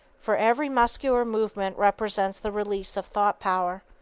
for every muscular movement represents the release of thought power.